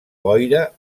boira